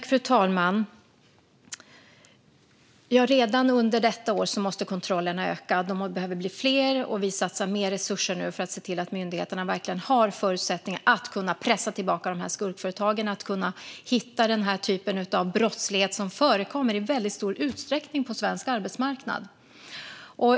Fru talman! Redan under detta år måste kontrollerna öka, och de behöver bli fler. Vi satsar mer resurser nu för att se till att myndigheterna verkligen får förutsättningar att pressa tillbaka de här skurkföretagen och hitta den här typen av brottslighet som förekommer i väldigt stor utsträckning på svensk arbetsmarknad.